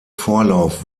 vorlauf